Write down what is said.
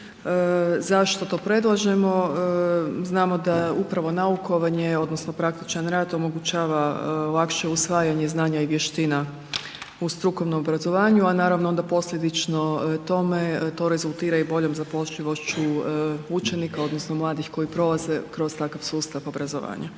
Zašto to predlažemo? Znamo da upravo naukovanje odnosno praktičan rad omogućava lakše usvajanje znanja i vještina u strukovnom obrazovanju, a naravno onda posljedično tome to rezultira i boljom zapošljivošću učenika odnosno mladih koji prolaze kroz takav sustav obrazovanja.